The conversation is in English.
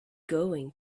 going